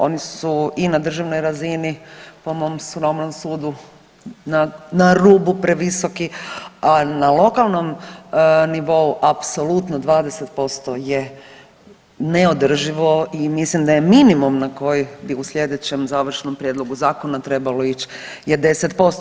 Oni su i na državnoj razini po mom skromnom sudu na rubu previsoki, a na lokalnom nivou apsolutno 20% je neodrživo i mislim da je minimum na koji bi u slijedećem završnom prijedlogu zakona trebalo ić je 10%